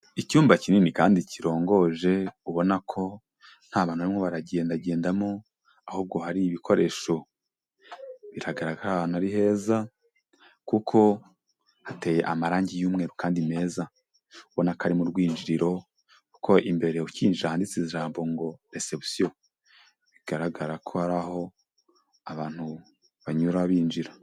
Icyumba kinini kandi kiroje ubona ko nta bantu barimo baragendagendamo ahubwo hari ibikoresho. Biragaragara ko aha hantu ari heza kuko hateye amarangi y'umweru kandi meza. Ubona ka ari mu rwinjiriro kuko imbere ukinjira ahanditse ijambo ngo reception. Bigaragara ko ari aho abantu banyura binjira.